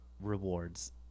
rewards